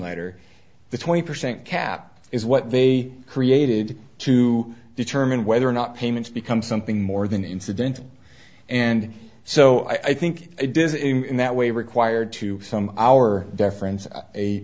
later the twenty percent cap is what they created to determine whether or not payments become something more than incidental and so i think it does in that way require to some our deference a